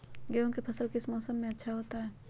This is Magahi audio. गेंहू का फसल किस मौसम में अच्छा होता है?